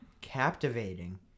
captivating